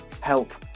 help